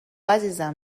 عزیزم